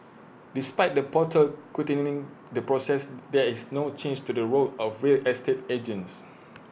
despite the portal quickening the process there is no change to the role of real estate agents